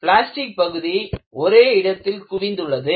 plastic பகுதி ஒரே இடத்தில் குவிந்துள்ளது